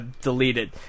deleted